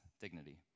dignity